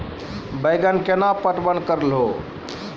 बैंगन केना पटवन करऽ लो?